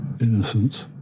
Innocence